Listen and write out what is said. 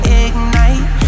ignite